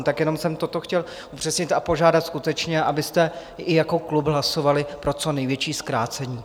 Tak jenom jsem toto chtěl upřesnit a požádat skutečně, abyste i jako klub hlasovali pro co největší zkrácení.